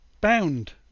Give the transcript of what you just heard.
bound